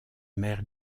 mère